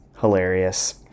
hilarious